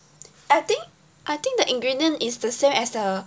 I think I think the ingredient is the same as the